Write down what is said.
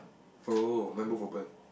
oh mine both open